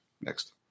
Next